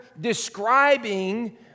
describing